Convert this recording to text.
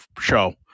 show